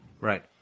Right